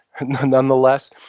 nonetheless